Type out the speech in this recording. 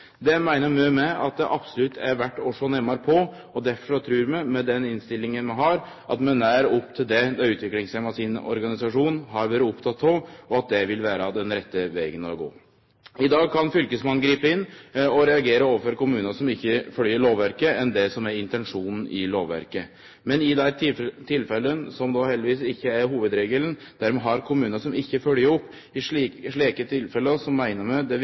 Det meiner vi at det absolutt er verdt å sjå nærare på, og derfor trur vi, med den innstillinga vi har, at vi er nær opp til det dei utviklingshemma sin organisasjon har vore oppteken av, og at det vil vere den rette vegen å gå. I dag kan fylkesmannen gripe inn og reagere overfor kommunar som ikkje følgjer lovverket eller det som er intensjonen i lovverket. Men i dei tilfella, som då heldigvis ikkje er hovudregelen, der vi har kommunar som ikkje følgjer opp, meiner vi det er